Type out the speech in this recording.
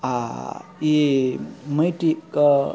आओर ई माँटिके